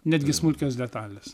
netgi smulkios detalės